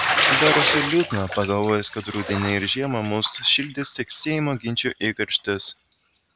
darosi liūdna pagalvojus kad rudenį ir žiemą mus šildys tik seimo ginčų įkarštis